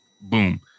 Boom